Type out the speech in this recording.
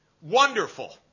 Wonderful